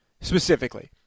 specifically